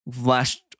last